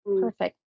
perfect